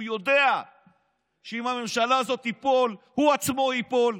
הוא יודע שאם הממשלה הזאת תיפול הוא עצמו ייפול,